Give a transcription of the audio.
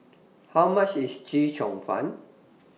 How much IS Chee Cheong Fun